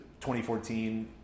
2014